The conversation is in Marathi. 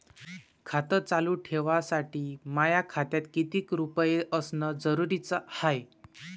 खातं चालू ठेवासाठी माया खात्यात कितीक रुपये असनं जरुरीच हाय?